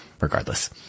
regardless